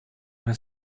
una